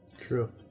True